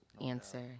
Answer